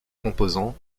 composant